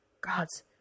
Gods